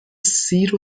سیر